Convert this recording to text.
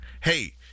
Hey